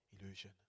illusion